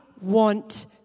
want